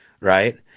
right